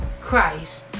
Christ